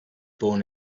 born